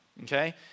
okay